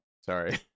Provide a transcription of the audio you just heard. Sorry